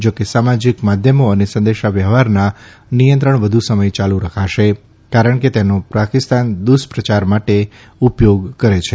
જા કે સામાજિક માધ્યમો અને સંદેશાવ્યવહારનાં નિયંત્રણ વધુ સમય યાલુ રખાશે કારણ કે તેનો પાકિસ્તાન દુષ્પ્રયાર માટી ઉપયોગ કરે છે